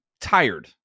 tired